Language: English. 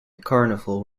carnival